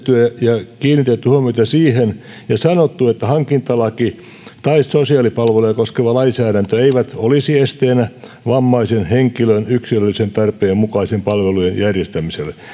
ja kiinnitetty huomiota siihen ja sanottu että hankintalaki tai sosiaalipalveluja koskeva lainsäädäntö eivät olisi esteenä vammaisen henkilön yksilöllisen tarpeen mukaisten palvelujen järjestämiselle